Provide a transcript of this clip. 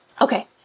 Okay